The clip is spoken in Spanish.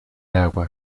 agua